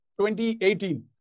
2018